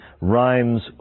rhymes